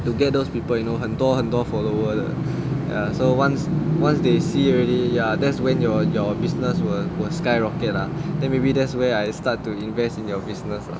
you get those people you know 很多很多 follower 的 err so once once they see already ya that's when your your business world will skyrocket lah then maybe that's where I start to invest in your business lah